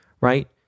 right